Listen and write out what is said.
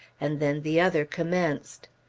and then the other commenced.